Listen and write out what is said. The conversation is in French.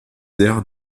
aires